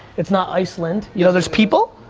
it's not iceland, you know there's people,